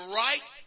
right